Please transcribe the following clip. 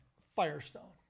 Firestone